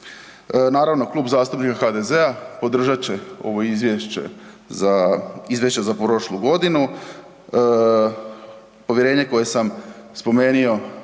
Naravno Klub zastupnika HDZ-a podržat će ovo izvješće za, izvješće za prošlu godinu. Povjerenje koje sam spomenuo